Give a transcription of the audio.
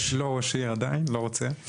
אני לא ראש עיר עדיין, אני לא רוצה.